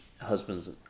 husbands